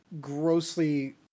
grossly